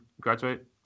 graduate